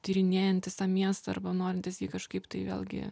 tyrinėjantis tą miestą arba norintis jį kažkaip tai vėlgi